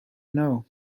know